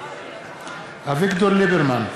אביגדור ליברמן,